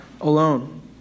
alone